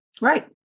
Right